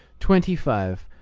twenty five.